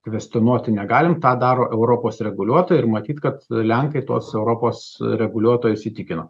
kvestionuoti negalim tą daro europos reguliuotojai ir matyt kad lenkai tos europos reguliuotojus įtikino